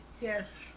Yes